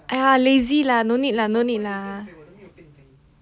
!aiya! lazy lah no need lah no need lah